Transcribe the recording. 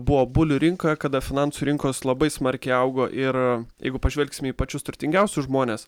buvo bulių rinka kada finansų rinkos labai smarkiai augo ir jeigu pažvelgsime į pačius turtingiausius žmones